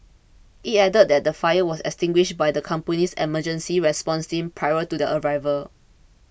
it added that the fire was extinguished by the company's emergency response team prior to their arrival